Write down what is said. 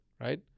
right